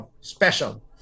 special